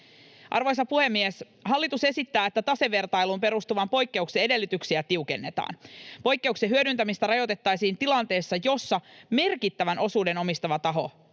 Arvoisa puhemies! Hallitus esittää, että tasevertailuun perustuvan poikkeuksen edellytyksiä tiukennetaan. Poikkeuksen hyödyntämistä rajoitettaisiin tilanteessa, jossa merkittävän osuuden omistava taho